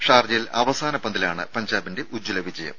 ഷാർജയിൽ അവസാന പന്തിലാണ് പഞ്ചാബിന്റെ ഉജ്ജ്വല വിജയം